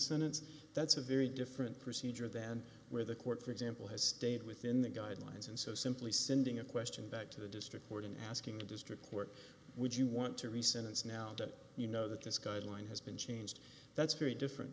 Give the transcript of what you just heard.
sentence that's a very different procedure than where the court for example has stayed within the guidelines and so simply sending a question back to the district court and asking a district court would you want to rescind it's now you know that this guideline has been changed that's very different